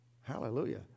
Hallelujah